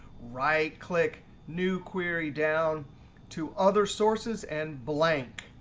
right click new query down to other sources and blank.